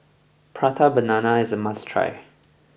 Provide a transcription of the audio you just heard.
Prata Banana is a must try